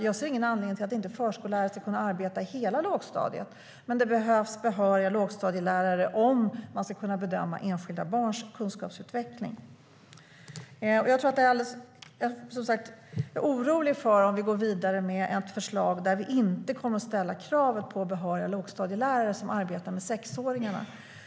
Jag ser ingen anledning till att förskollärare inte ska kunna arbeta i hela lågstadiet, men det behövs behöriga lågstadielärare om man ska kunna bedöma enskilda barns kunskapsutveckling. Jag är orolig för att vi går vidare med ett förslag där vi inte ställer kravet på behöriga lågstadielärare som arbetar med sexåringarna.